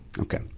Okay